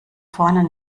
vorne